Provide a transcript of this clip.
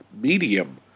medium